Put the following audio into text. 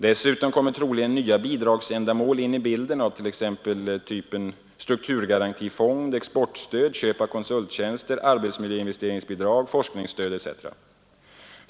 Dessutom kommer troligen nya bidragsändamål in i bilden av t.ex. typen strukturgarantifonden, exportstöd, köp av konsulttjänster, arbetsmiljöinvesteringsbidrag, forskningsstöd etc.